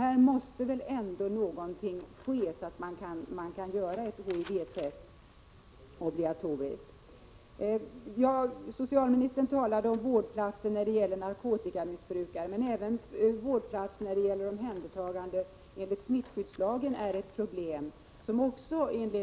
Det måste väl ändå göras någonting för att införa ett obligatoriskt HIV-test i sådana här fall. Socialministern talade om vårdplatser för narkotikamissbrukare, men även vårdplatser vid omhändertagande enligt smittskyddslagen är ett problem.